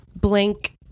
blank